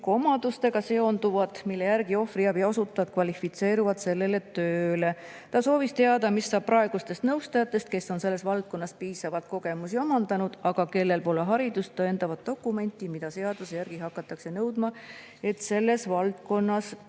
[otsustatakse, et] ohvriabi osutajad kvalifitseeruvad seda tööd tegema. Ta soovis teada, mis saab praegustest nõustajatest, kes on selles valdkonnas piisavalt kogemusi omandanud, aga kellel pole haridust tõendavat dokumenti, mida seaduse järgi hakatakse nõudma, et selles valdkonnas